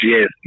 Yes